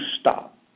stop